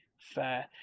fair